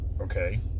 Okay